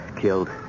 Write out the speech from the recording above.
killed